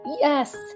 Yes